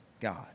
God